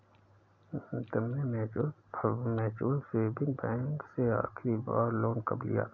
तुमने mutual saving bank से आखरी बार लोन कब लिया था?